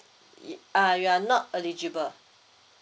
uh you are not eligible